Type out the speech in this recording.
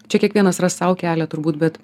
čia kiekvienas ras sau kelią turbūt bet